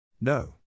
No